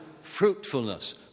fruitfulness